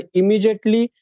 immediately